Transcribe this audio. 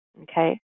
Okay